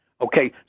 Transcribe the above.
Okay